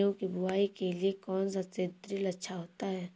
गेहूँ की बुवाई के लिए कौन सा सीद्रिल अच्छा होता है?